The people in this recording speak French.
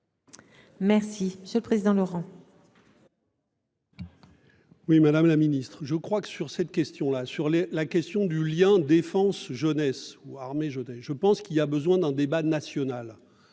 Merci sur le président Laurent.